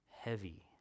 heavy